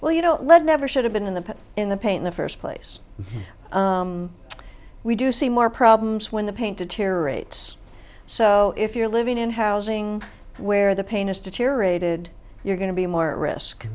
well you know lead never should have been in the in the pain in the first place we do see more problems when the paint deteriorates so if you're living in housing where the pain is deteriorated you're going to be more risk